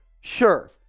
Sure